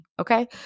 Okay